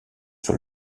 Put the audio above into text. sur